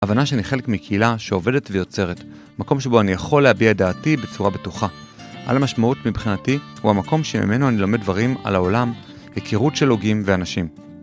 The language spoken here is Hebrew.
הבנה שאני חלק מקהילה שעובדת ויוצרת, מקום שבו אני יכול להביע את דעתי בצורה בטוחה. על המשמעות מבחינתי הוא המקום שממנו אני לומד דברים על העולם, הכירות של הוגים ואנשים.